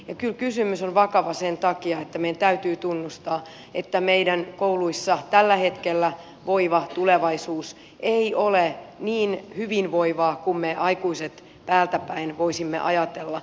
kyllä kysymys on vakava sen takia että meidän täytyy tunnustaa että meidän kouluissa tällä hetkellä voiva tulevaisuus ei ole niin hyvinvoivaa kuin me aikuiset päältäpäin voisimme ajatella